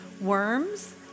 worms